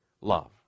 love